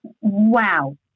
wow